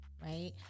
right